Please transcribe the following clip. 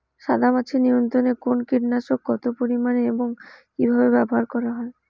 সাদামাছি নিয়ন্ত্রণে কোন কীটনাশক কত পরিমাণে এবং কীভাবে ব্যবহার করা হয়?